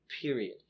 period